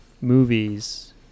movies